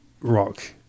rock